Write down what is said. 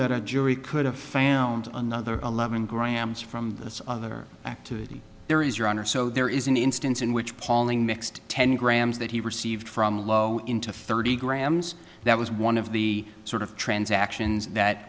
that a jury could have found another eleven grams from this other activity there is your honor so there is an instance in which palling mixed ten grams that he received from low into thirty grams that was one of the sort of transactions that